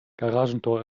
garagentor